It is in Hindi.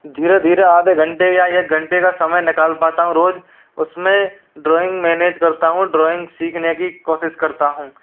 धीरे धीरे आधे घंटे या एक घंटे का समय निकाल पाता हूँ रोज उसमें ड्राॅइंग मैनेज करता हूँ ड्राॅइंग सीखने की कोशिश करता हूँ